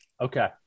Okay